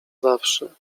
zawsze